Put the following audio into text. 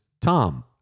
Tom